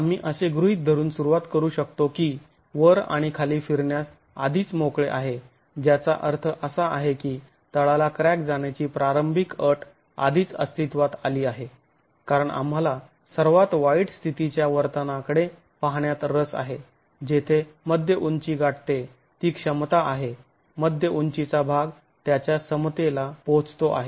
आम्ही असे गृहीत धरून सुरुवात करू शकतो की वर आणि खाली फिरण्यास आधीच मोकळे आहे ज्याचा अर्थ असा आहे की तळाला क्रॅक जाण्याची प्रारंभिक अट आधीच अस्तित्वात आली आहे कारण आम्हाला सर्वात वाईट स्थितीच्या वर्तनाकडे पाहण्यात रस आहे जेथे मध्य उंची गाठते ती क्षमता आहे मध्य उंचीचा भाग त्याच्या समतेला पोहोचतो आहे